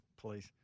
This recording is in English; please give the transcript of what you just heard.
Please